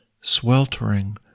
sweltering